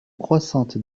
croissante